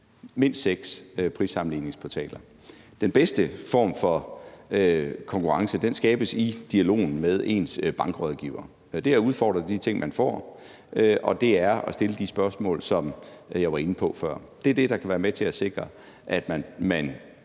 mindst seks prissammenligningsportaler. Den bedste form for konkurrence skabes i dialogen med ens bankrådgiver ved at udfordre de ting, man får, og det er ved at stille de spørgsmål, som jeg var inde på før. Det er det, der kan være med til at sikre, at man